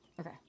Okay